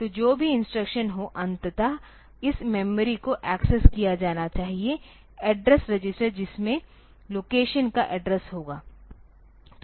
तो जो भी इंस्ट्रक्शन हो अंततः इस मेमोरी को एक्सेस किया जाना चाहिए एड्रेस रजिस्टर जिसमें लोकेशन का एड्रेस होगा